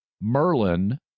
Merlin